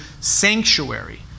sanctuary